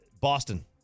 Boston